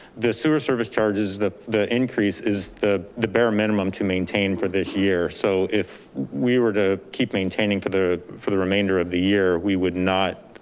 the sewer service charges, the the increase is the the bare minimum to maintain for this year. so if we were to keep maintaining for the for the remainder of the year, we would not,